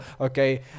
okay